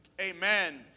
Amen